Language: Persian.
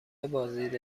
بازدید